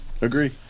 Agree